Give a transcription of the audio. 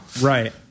Right